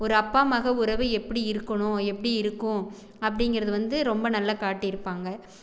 ஒரு அப்பா மகள் உறவு எப்படி இருக்கணும் எப்படி இருக்கும் அப்படிங்குறது வந்து ரொம்ப நல்லா காட்டி இருப்பாங்க